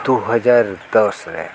ᱫᱩ ᱦᱟᱡᱟᱨ ᱫᱚᱥᱨᱮ